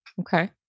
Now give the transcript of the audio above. Okay